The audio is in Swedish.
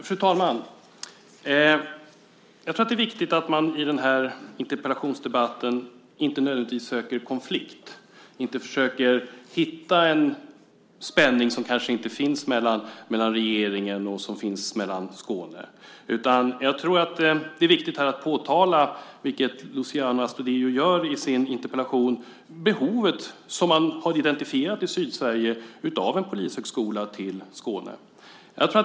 Fru talman! Det är viktigt att man i den här interpellationsdebatten inte nödvändigtvis söker konflikt, inte försöker hitta en spänning som kanske inte finns mellan regeringen och Skåne. Det är viktigt att påtala, vilket Luciano Astudillo gör i sin interpellation, behovet som man har identifierat i Sydsverige av en polishögskola till Skåne.